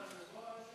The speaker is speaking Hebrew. היושב-ראש?